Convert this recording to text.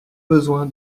besoin